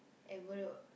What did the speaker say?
at Bedok